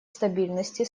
стабильности